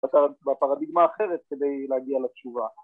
‫בפרדיגמה אחרת כדי להגיע לתשובה.